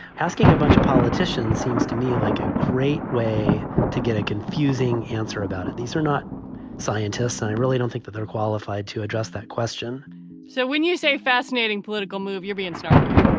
asking a bunch of politicians seems to me like a great way to get a confusing answer about it. these are not scientists. i really don't think that they're qualified to address that question so when you say fascinating political move, you're being snarky